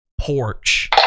porch